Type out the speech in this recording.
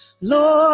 Lord